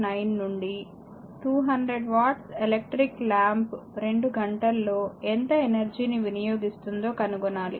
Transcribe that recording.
9 నుండి 200 వాట్ల electric lamp 2 గంటల్లో ఎంత ఎనర్జీ ని వినియోగిస్తుందో కనుగొనాలి